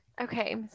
Okay